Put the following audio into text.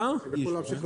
לא יכולנו להמשיך.